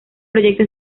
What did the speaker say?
proyecto